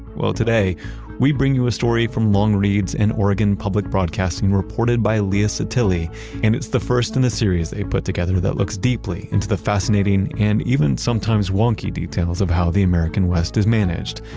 well, today we bring you a story from longreads and oregon public broadcasting reported by leah sottile, and it's the first in the series they put together that looks deeply into the fascinating, and even sometimes wonky, details of how the american west is managed,